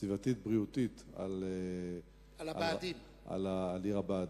סביבתית-בריאותית על עיר הבה"דים.